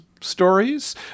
stories